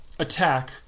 attack